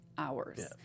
hours